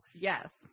Yes